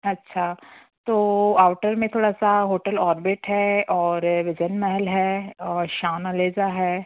अच्छा तो आउटर में थोड़ा सा होटल ऑर्बिट है और विज़न महल है और शानुलिजा है